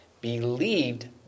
believed